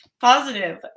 positive